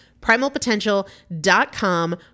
Primalpotential.com